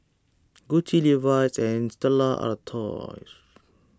Gucci Levi's and Stella Artois